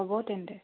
হ'ব তেন্তে